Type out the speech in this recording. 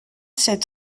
sept